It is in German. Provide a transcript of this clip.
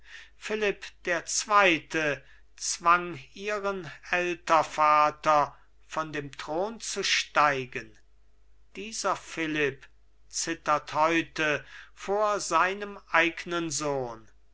philipp der zweite zwang ihren ältervater von dem thron zu steigen dieser philipp zittert heute vor seinem eignen sohn